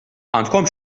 għandkom